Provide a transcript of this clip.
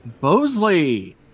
Bosley